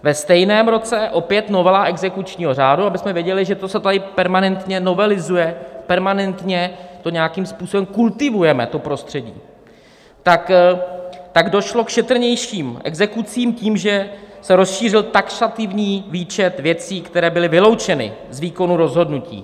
Ve stejném roce opět novela exekučního řádu, abychom věděli, že to se tady permanentně novelizuje, permanentně nějakým způsobem kultivujeme to prostředí, tak došlo k šetrnějším exekucím tím, že se rozšířil taxativní výčet věcí, které byly vyloučeny z výkonu rozhodnutí.